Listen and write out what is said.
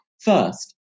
first